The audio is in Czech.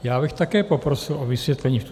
Já bych také poprosil o vysvětlení.